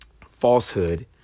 falsehood